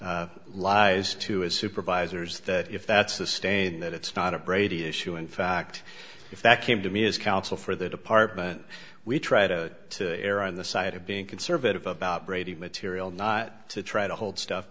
t lies to his supervisors that if that's the stain that it's not a brady issue in fact if that came to me as counsel for the department we tried to err on the side of being conservative about brady material not to try to hold stuff